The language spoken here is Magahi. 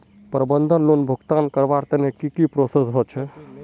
प्रबंधन लोन भुगतान करवार तने की की प्रोसेस होचे?